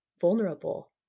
vulnerable